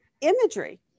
imagery